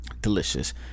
delicious